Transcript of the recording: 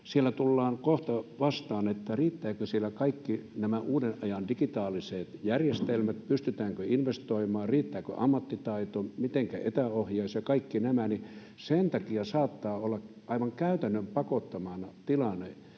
siellä tulee kohta vastaan se, riittävätkö siellä kaikki nämä uuden ajan digitaaliset järjestelmät, pystytäänkö investoimaan, riittääkö ammattitaito, mitenkä etäohjaus ja kaikki nämä, niin sen takia saattaa olla aivan käytännön pakottamana tilanne,